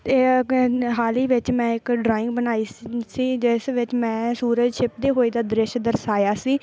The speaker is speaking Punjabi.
ਹਾਲ ਹੀ ਵਿੱਚ ਮੈਂ ਇੱਕ ਡਰਾਇੰਗ ਬਣਾਈ ਸੀ ਜਿਸ ਵਿੱਚ ਮੈਂ ਸੂਰਜ ਛਿਪਦੇ ਹੋਏ ਦਾ ਦ੍ਰਿਸ਼ ਦਰਸਾਇਆ ਸੀ